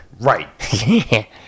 Right